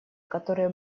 которые